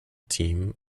team